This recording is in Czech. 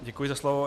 Děkuji za slovo.